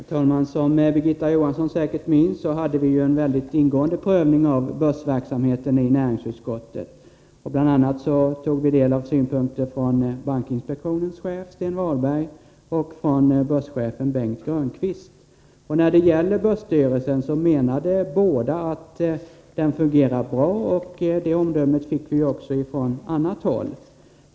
Herr talman! Som Birgitta Johansson säkert minns gjorde vi i näringsutskottet en mycket ingående prövning av börsverksamheten. Bl. a. tog vi del av synpunkter från bankinspektionens chef Sten Walberg och börsens chef Bengt Grönquist, som båda menade att börsstyrelsen fungerar bra. Det omdömet fick vi också från annat håll.